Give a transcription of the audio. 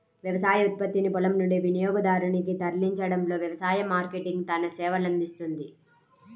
వ్యవసాయ ఉత్పత్తిని పొలం నుండి వినియోగదారునికి తరలించడంలో వ్యవసాయ మార్కెటింగ్ తన సేవలనందిస్తుంది